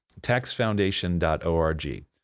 taxfoundation.org